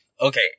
okay